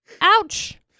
Ouch